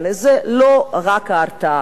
זו לא רק ההרתעה,